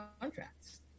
contracts